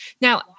Now